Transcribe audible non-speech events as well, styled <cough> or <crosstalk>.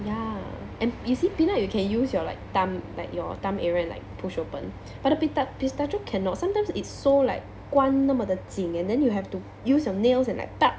ya and you see peanut you can use your like thumb like your thumb area and like push open but a pista~ pistachio cannot sometimes it's so like 关那么的紧 and then you have to use you nails and like <noise>